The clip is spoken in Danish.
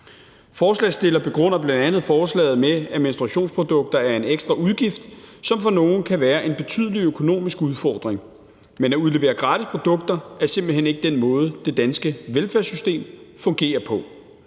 Forslagsstillerne begrunder bl.a. forslaget med, at menstruationsprodukter er en ekstra udgift, som for nogle kan være en betydelig økonomisk udfordring. Men at udlevere gratis produkter er simpelt hen ikke den måde, det danske velfærdssystem fungerer på.